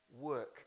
work